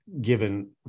given